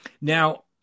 Now